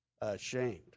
ashamed